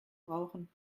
brauchen